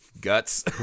guts